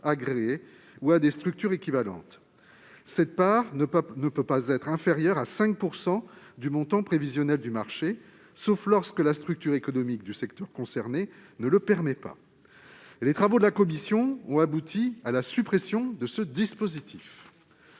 agréées ou à des structures équivalentes. Cette part ne pouvait pas être inférieure à 5 % du montant prévisionnel du marché, sauf lorsque la structure économique du secteur concerné ne le permettait pas. Les travaux de la commission ont abouti à la suppression d'un tel dispositif.